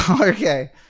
Okay